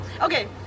Okay